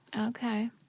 Okay